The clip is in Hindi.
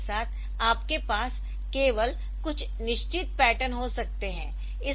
LED के साथ आपके पास केवल कुछ निश्चित पैटर्न हो सकते है